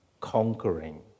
conquering